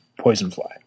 Poisonfly